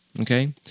Okay